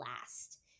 last